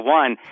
one